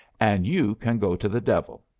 and you can go to the devil!